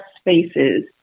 spaces